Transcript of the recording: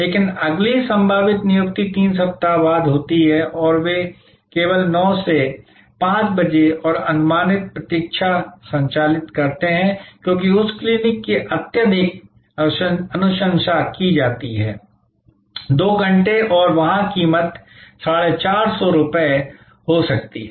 लेकिन अगली संभावित नियुक्ति 3 सप्ताह बाद होती है और वे केवल 9 से 5 बजे और अनुमानित प्रतीक्षा संचालित करते हैं क्योंकि उस क्लिनिक की अत्यधिक अनुशंसा की जाती है 2 घंटे और वहाँ कीमत 450 हो सकती है